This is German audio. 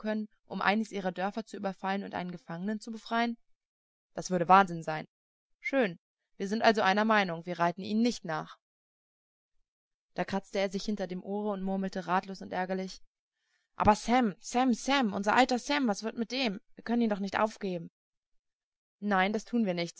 um eines ihrer dörfer zu überfallen und einen gefangenen zu befreien das würde wahnsinn sein schön wir sind also einer meinung wir reiten ihnen nicht nach da kratzte er sich hinter dem ohre und murmelte ratlos und ärgerlich aber sam sam sam unser alter sam was wird mit dem wir können ihn doch nicht aufgeben nein das tun wir nicht